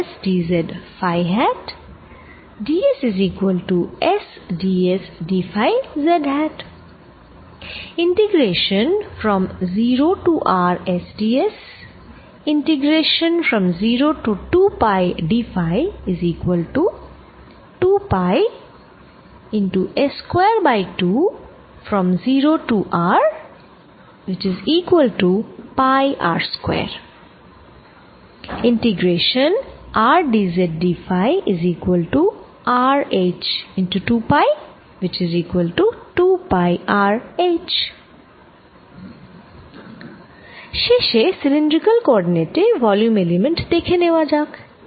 শেষে cylindrical coordinate এ volume element দেখে নেওয়া যাক